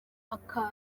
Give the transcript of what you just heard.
akaba